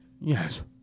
Yes